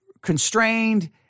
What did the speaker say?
constrained